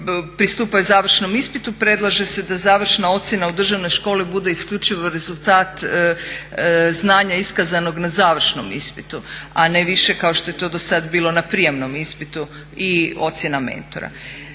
pristupaju završnom ispitu predlaže se da završna ocjena u Državnoj školi bude isključivo rezultat znanja iskazanog na završnom ispitu, a ne više kao što je to dosad bilo na prijemnom ispitu i ocjena mentora.